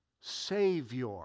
Savior